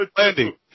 landing